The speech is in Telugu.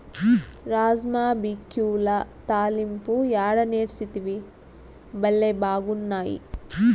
రాజ్మా బిక్యుల తాలింపు యాడ నేర్సితివి, బళ్లే బాగున్నాయి